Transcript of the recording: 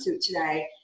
today